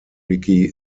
ricky